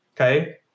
okay